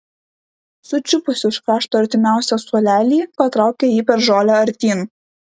sučiupusi už krašto artimiausią suolelį patraukė jį per žolę artyn